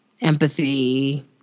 empathy